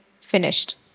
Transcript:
finished